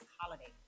holiday